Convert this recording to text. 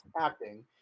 acting